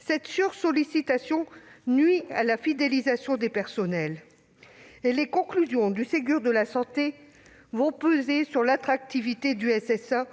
Cette sursollicitation nuit à la fidélisation des personnels. Les conclusions du Ségur de la santé pèseront sur l'attractivité du SSA